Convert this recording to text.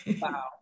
wow